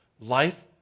Life